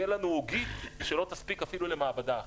יהיה לנו -- -שלא תספיק אפילו למעבדה אחת.